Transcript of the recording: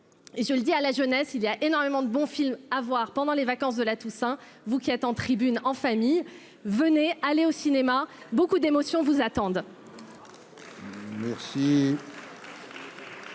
je le dis à la jeunesse, il y a énormément de bons films à voir pendant les vacances de la Toussaint, vous qui êtes en tribune en famille venait, aller au cinéma, beaucoup d'émotion, vous attendent. Madame